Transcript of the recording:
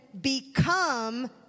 become